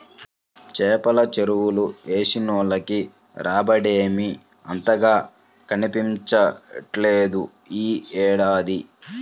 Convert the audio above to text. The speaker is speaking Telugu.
చేపల చెరువులు వేసినోళ్లకి రాబడేమీ అంతగా కనిపించట్లేదు యీ ఏడాది